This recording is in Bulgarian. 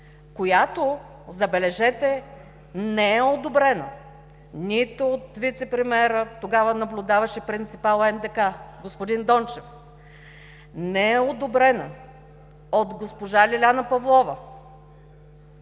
която, забележете, не е одобрена нито от вицепремиера, тогава наблюдаващ и принципал на НДК господин Дончев. Не е одобрена от госпожа Лиляна Павлова.